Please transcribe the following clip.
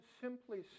simply